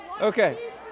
Okay